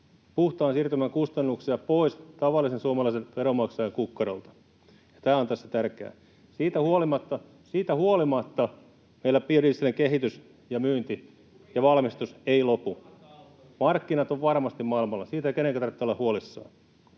puhtaan siirtymän kustannuksia pois tavallisen suomalaisen veronmaksajan kukkarolta, ja tämä on tässä tärkeää. Siitä huolimatta meillä biodieselin kehitys ja myynti ja valmistus eivät lopu. Markkinat ovat varmasti maailmalla — siitä ei kenenkään tarvitse olla huolissaan.